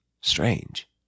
Strange